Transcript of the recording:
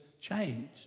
changed